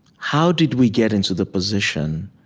how did we get into the position